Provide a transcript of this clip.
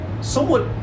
somewhat